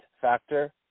factor